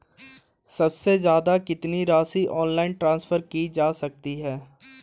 सबसे ज़्यादा कितनी राशि ऑनलाइन ट्रांसफर की जा सकती है?